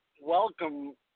welcome